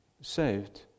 saved